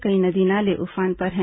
कई नदी नाले उफान पर हैं